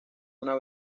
una